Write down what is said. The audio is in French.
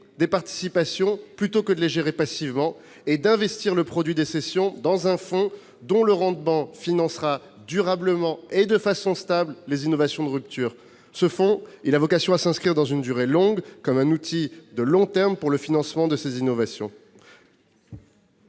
des participations, plutôt que de les gérer passivement, et d'investir le produit des cessions dans un fonds dont le rendement financera durablement et de façon stable les innovations de rupture. Ce fonds a vocation à s'inscrire dans une durée longue, comme un outil de long terme pour le financement de ces innovations.